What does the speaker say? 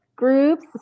groups